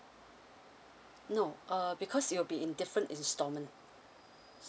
no uh because it'll be in different installment